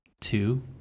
two